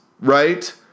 right